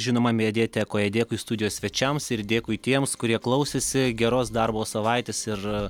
žinoma mediatekoje dėkui studijos svečiams ir dėkui tiems kurie klausėsi geros darbo savaitės ir